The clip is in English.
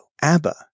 Abba